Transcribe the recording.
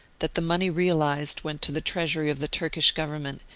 that the money realised went to the treasury of the turkish government,